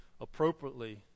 appropriately